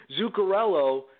Zuccarello